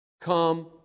come